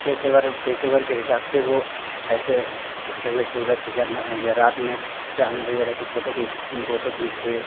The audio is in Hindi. पेशेवर पेशेवर के हिसाब से वो ऐसे उगते हुए सूरज की या या रात में चाँद वगैरह की फ़ोटो खींच फोटो खींच के